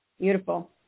Beautiful